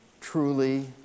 truly